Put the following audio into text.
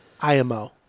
IMO